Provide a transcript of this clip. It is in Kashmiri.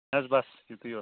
اَدٕ حظ بس یِتُے اوس